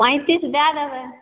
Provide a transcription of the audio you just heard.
पैंतीस दए देबै